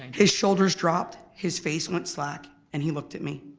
his shoulders dropped, his face went slack and he looked at me.